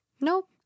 Nope